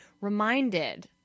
reminded